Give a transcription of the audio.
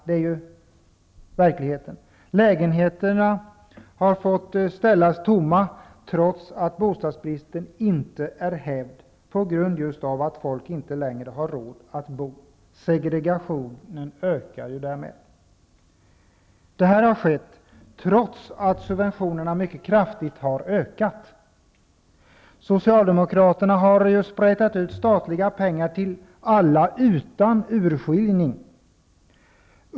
Det är ju verkligheten. Lägenheterna har fått stå tomma trots att bostadsbristen inte är hävd, just på grund av att folk inte längre har råd att bo där. Därmed ökar segregationen. Detta har skett trots att subventionerna har ökat mycket kraftigt. Socialdemokraterna har sprättat ut statliga pengar till alla utan urskiljning.